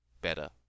better